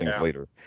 later